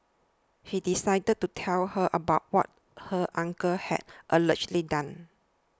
he decided to tell her about what her uncle had allegedly done